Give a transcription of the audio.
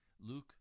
Luke